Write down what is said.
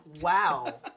Wow